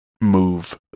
move